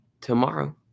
tomorrow